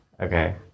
Okay